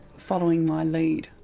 following my lead.